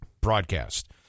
broadcast